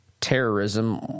terrorism